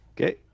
Okay